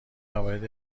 موارد